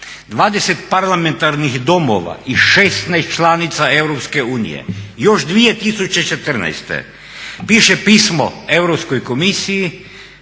20 parlamentarnih domova i 16 članica EU još 2014. piše pismo Europskoj